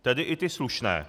Tedy i ty slušné.